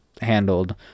handled